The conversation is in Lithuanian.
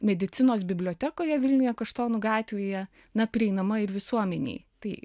medicinos bibliotekoje vilniuje kaštonų gatvėje na prieinama ir visuomenei tai